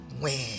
win